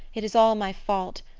it is all my fault.